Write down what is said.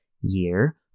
year